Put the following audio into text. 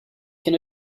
can